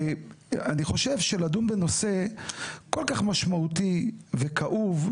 אני חושב שלדון בנושא כל כך משמעותי וכאוב,